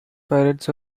pilots